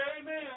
Amen